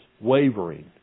Wavering